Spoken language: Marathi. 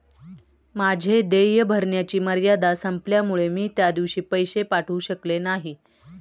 माझे देय भरण्याची मर्यादा संपल्यामुळे मी त्या दिवशी पैसे पाठवू शकले नाही